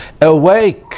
Awake